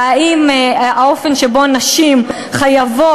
והאם האופן שבו נשים חייבות,